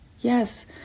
Yes